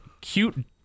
cute